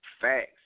Facts